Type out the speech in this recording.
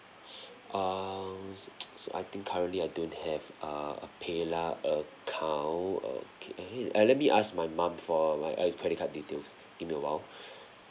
um s~ I think currently I don't have err a paylah account okay let me ask my mom for a like credit card details give me awhile